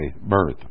birth